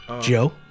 Joe